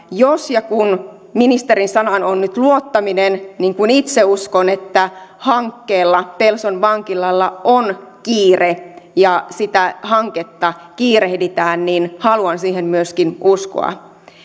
jos ja kun ministerin sanaan on nyt luottaminen niin kuin itse uskon että hankkeella pelson vankilalla on kiire ja sitä hanketta kiirehditään niin haluan siihen myöskin uskoa